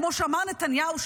כמו שאמר נתניהו,